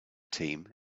team